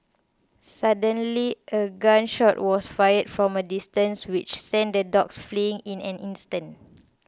suddenly a gun shot was fired from a distance which sent the dogs fleeing in an instant